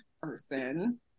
person